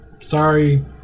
Sorry